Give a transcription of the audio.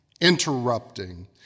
interrupting